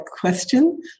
question